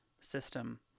system